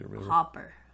Hopper